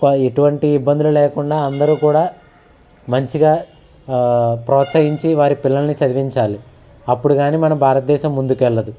క ఎటువంటి ఇబ్బందులు లేకుండా అందరూ కూడా మంచిగా ప్రోత్సహించి వారి పిల్లలని చదివించాలి అప్పుడు గాని మన భారతదేశం ముందుకెళ్ళదు